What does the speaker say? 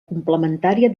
complementària